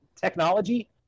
technology